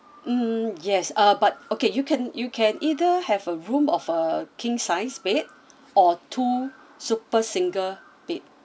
mm yes uh but okay you can you can either have a room of a king size bed or two super single bed